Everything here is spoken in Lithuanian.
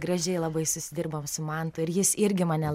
gražiai labai susidirbom su mantu ir jis irgi mane